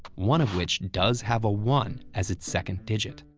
one of which does have a one as its second digit.